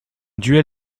duel